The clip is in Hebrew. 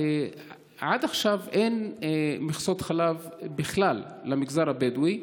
עד עכשיו אין מכסות חלב בכלל למגזר הבדואי,